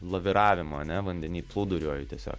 laviravimo ane vandeny plūduriuoju tiesiog